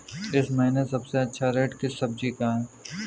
इस महीने सबसे अच्छा रेट किस सब्जी का है?